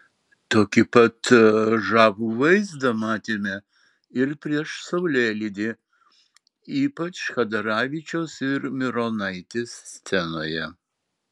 tokį pat žavų vaizdą matėme ir prieš saulėlydį ypač chadaravičiaus ir mironaitės scenoje